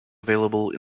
available